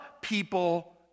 people